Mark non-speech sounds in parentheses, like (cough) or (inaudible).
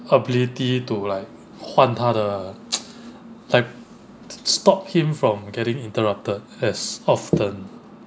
ability to like 换他的 (noise) like stop him from getting interrupted as often